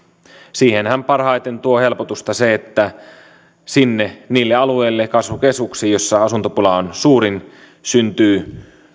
siihenhän parhaiten tuo helpotusta se että niille alueille kasvukeskuksiin joissa asuntopula on suurin syntyy